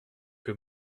que